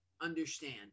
understand